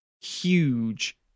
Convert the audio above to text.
huge